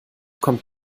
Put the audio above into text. kommt